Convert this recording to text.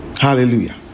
hallelujah